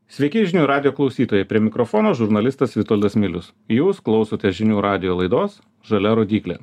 sveiki žinių radijo klausytojai prie mikrofono žurnalistas vitoldas milius jūs klausote žinių radijo laidos žalia rodyklė